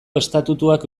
estatutuak